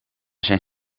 zijn